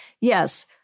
Yes